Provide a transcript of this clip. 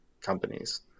companies